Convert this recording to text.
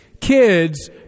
Kids